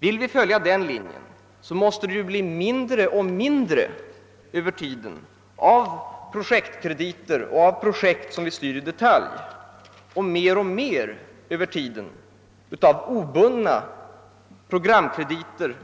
Vill vi följa denna linje, måste det efter hand bli mindre och mindre av projektkrediter och av projekt som vi styr i detalj och mer och mer av obundna programkrediter,